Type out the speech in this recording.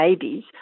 babies